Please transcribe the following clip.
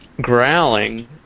growling